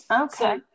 okay